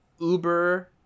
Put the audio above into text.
Uber